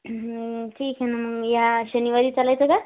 ठीक आहे ना मग या शनिवारी चलायचं का